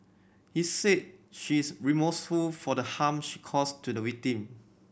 he said she is remorseful for the harm she caused to the victim